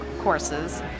courses